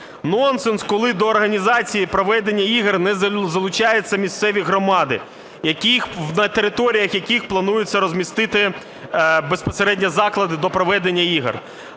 Нонсенс, коли до організації проведення ігор не залучаються місцеві громади, на територіях яких планується розмістити безпосередньо заклади для проведення ігор.